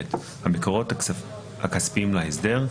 המקורות הכספיים להסדר,